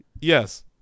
Yes